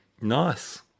Nice